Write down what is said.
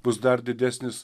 bus dar didesnis